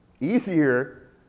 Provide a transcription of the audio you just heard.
easier